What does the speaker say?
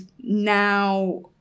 now